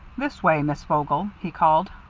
this way, miss vogel, he called.